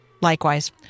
Likewise